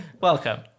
Welcome